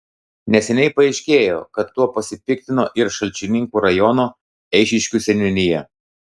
neseniai paaiškėjo kad tuo pasipiktino ir šalčininkų rajono eišiškių seniūnija